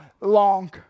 long